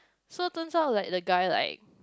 so turns out like the guy like